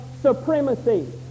supremacy